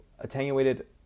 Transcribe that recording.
attenuated